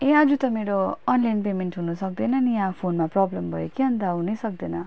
ए आज त मेरो अनलाइन पेमेन्ट हुनु सक्दैन नि यहाँ फोनमा प्रोब्लम भयो कि अन्त हुनै सक्दैन